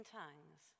tongues